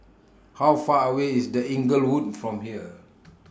How Far away IS The Inglewood from here